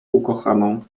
ukochaną